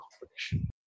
competition